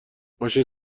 ماشین